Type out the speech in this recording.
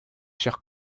chers